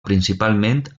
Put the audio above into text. principalment